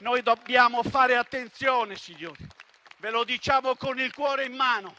Noi dobbiamo fare attenzione, signori, e ve lo diciamo con il cuore in mano.